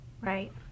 Right